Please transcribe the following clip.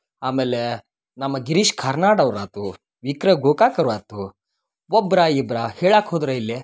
ಆಮೇಲೆ ನಮ್ಮ ಗಿರೀಶ್ ಕಾರ್ನಾಡ್ ಅವ್ರು ಆತು ವಿ ಕೃ ಗೋಕಾಕ್ ಅವ್ರು ಆತು ಒಬ್ಬರಾ ಇಬ್ಬರಾ ಹೇಳಕ್ಕೆ ಹೋದರೆ ಇಲ್ಲಿ